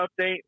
update